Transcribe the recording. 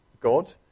God